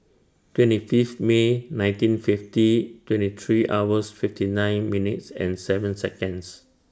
twenty Fifth May nineteen fifty twenty three hours fifty nine minutes and seven Seconds